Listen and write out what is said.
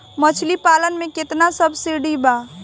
मछली पालन मे केतना सबसिडी बा?